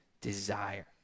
desire